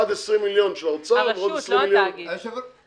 עד 20 מיליון של האוצר ו-20 מיליון של התאגיד.